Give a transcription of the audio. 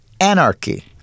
anarchy